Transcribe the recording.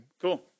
Cool